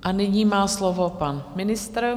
A nyní má slovo pan ministr.